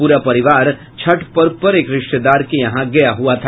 पूरा परिवार छठ पर्व पर एक रिश्तेदार के यहां गया हुआ था